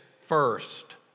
first